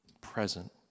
present